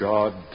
God